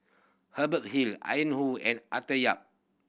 Hubert Hill Ian Woo and Arthur Yap